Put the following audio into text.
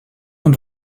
und